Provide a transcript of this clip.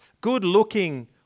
good-looking